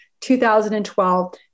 2012